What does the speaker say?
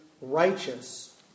righteous